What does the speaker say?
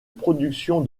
production